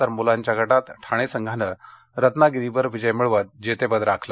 तर मुलांच्या गटात ठाणे संघानं रत्नागिरीवर विजय मिळवत जेतेपद राखलं